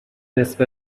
نصف